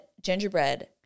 gingerbread